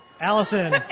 Allison